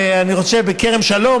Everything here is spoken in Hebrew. אני חושב בכרם שלום,